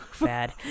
bad